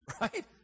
right